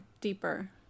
deeper